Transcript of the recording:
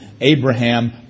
Abraham